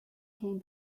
came